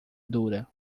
dura